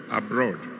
abroad